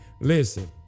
listen